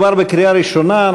מדובר בקריאה ראשונה,